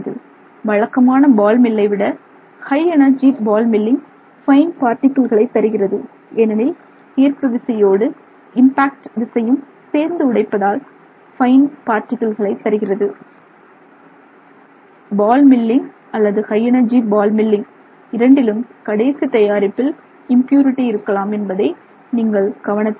வழக்கமான பால் மில்லை விட high energy ball milling fine பார்ட்டிகிள்களை தருகிறது ஏனெனில் ஈர்ப்பு விசையோடு இம்பாக்ட் விசையும் சேர்ந்து உடைப்பதால் பைன் பார்ட்டிகிள்களை தருகிறது பால் மில்லிங் அல்லது ஹை எனர்ஜி பால் மில்லிங் இரண்டிலும் கடைசி தயாரிப்பில் இம்பியூரிடி இருக்கலாம் என்பதை நீங்கள் கவனத்தில் கொள்ள வேண்டும்